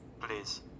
Please